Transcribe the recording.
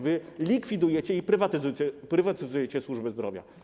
Wy likwidujecie i prywatyzujecie służbę zdrowia.